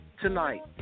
tonight